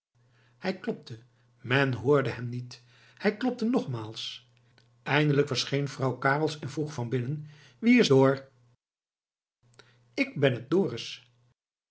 men hoorde hem niet hij klopte nogmaals eindelijk verscheen vrouw carels en vroeg van binnen wie is doar ik ben het dorus